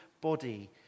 body